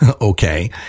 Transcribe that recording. Okay